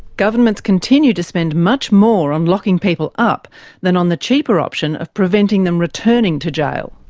governments continue to spend much more on locking people up than on the cheaper option of preventing them returning to jail.